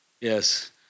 Yes